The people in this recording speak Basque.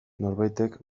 norbaitek